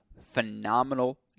phenomenal